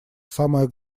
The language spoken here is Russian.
самое